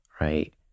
right